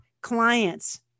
clients